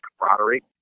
camaraderie